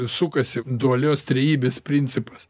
sukasi dualios trejybės principas